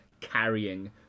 carrying